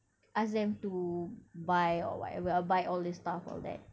ask them to buy or whatever buy all the stuff all that